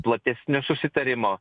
platesnio susitarimo